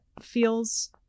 feels